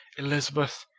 elizabeth,